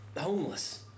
homeless